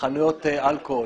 וחנויות אלכוהול.